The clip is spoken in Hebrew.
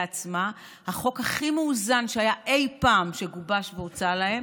עצמה בחוק הכי מאוזן שהיה אי פעם שגובש והוצע להם.